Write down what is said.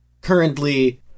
currently